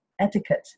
etiquette